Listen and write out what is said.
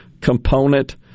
component